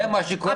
זה מה שקורה.